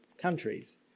countries